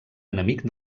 enemic